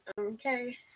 Okay